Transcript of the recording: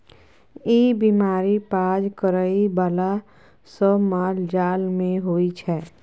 ई बीमारी पाज करइ बला सब मालजाल मे होइ छै